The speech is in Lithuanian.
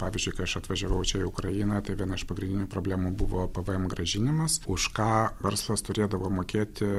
pavyzdžiui kai aš atvažiavau čia į ukrainą tai viena iš pagrindinių problemų buvo pvm grąžinimas už ką verslas turėdavo mokėti